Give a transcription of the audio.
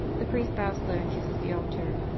the priest bows low and kisses the altar.